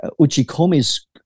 uchikomi's